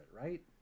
right